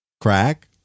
crack